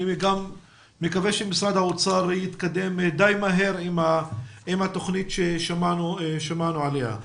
אני מקווה שמשרד האוצר יתקדם די מהר עם התוכנית ששמענו עליה.